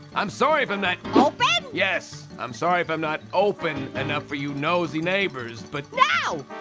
i'm sorry if i'm not. open? yes, i'm sorry if i'm not open enough for you nosy neighbors, but. no,